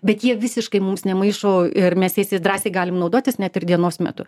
bet jie visiškai mums nemaišo ir mes jais ir drąsiai galim naudotis net ir dienos metu